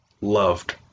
loved